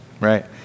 Right